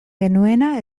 genuena